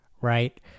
right